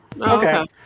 okay